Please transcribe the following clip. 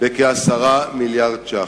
בכ-10 מיליארד שקל,